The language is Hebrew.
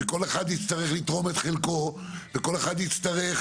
כל אחד יצטרך לתרום את חלקו וכל אחד יצטרך